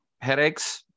headaches